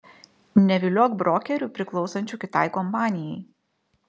neviliok brokerių priklausančių kitai kompanijai